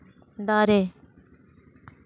ᱫᱟᱨᱮ